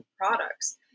products